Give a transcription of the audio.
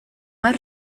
más